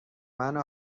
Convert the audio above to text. منو